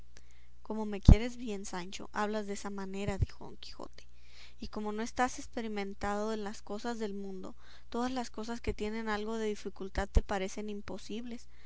como me quieres bien sancho hablas desa manera dijo don quijote y como no estás experimentado en las cosas del mundo todas las cosas que tienen algo de dificultad te parecen imposibles